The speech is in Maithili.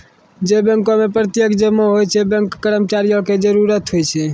जै बैंको मे प्रत्यक्ष जमा होय छै वैंठा कर्मचारियो के जरुरत होय छै